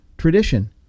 tradition